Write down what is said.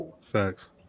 Facts